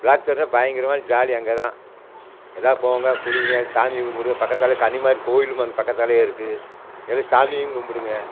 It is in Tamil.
பிளாக் தண்டர் பயங்கரமா ஜாலி அங்கே தான் எல்லா போங்க குளிங்க சாமி கும்பிடுங்க பக்கத்தாலே கன்னிமாரி கோயிலுமும் அங்கே பக்கத்தாலேயே இருக்குது எது சாமியும் குடும்பிடுங்க